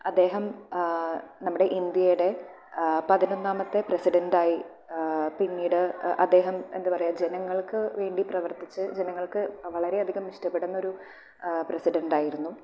അദ്ദേഹം നമ്മുടെ ഇന്ത്യയുടെ പതിനൊന്നാമത്തെ പ്രസിഡന്റ് ആയി പിന്നീട് അദ്ദേഹം എന്തുപറയാ ജനങ്ങൾക്കുവേണ്ടി പ്രവർത്തിച്ച് ജനങ്ങൾക്ക് വളരെയധികം ഇഷ്ടപ്പെടുന്നൊരു പ്രസിഡന്റ് ആയിരുന്നു